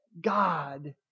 God